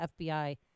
FBI